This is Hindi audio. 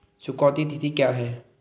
चुकौती तिथि क्या है?